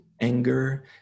anger